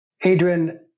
Adrian